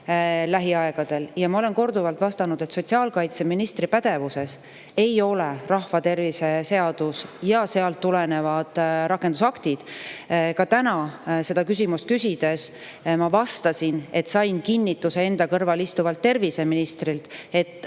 ka varem ja ma olen korduvalt vastanud, et sotsiaalkaitseministri pädevuses ei ole rahvatervise seadus ja sealt tulenevad rakendusaktid. Ka täna, kui te selle küsimuse küsisite, ma vastasin, et sain kinnituse enda kõrval istuvalt terviseministrilt, et